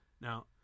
now